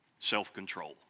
Self-control